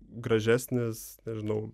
gražesnis nežinau